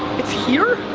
it's here?